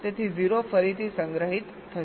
તેથી 0 ફરીથી સંગ્રહિત થશે